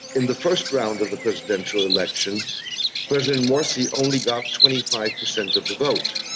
in the first round of the presidential election president morsi only got twenty five percent of the vote.